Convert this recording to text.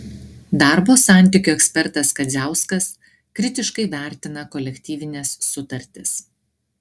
darbo santykių ekspertas kadziauskas kritiškai vertina kolektyvines sutartis